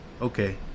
okay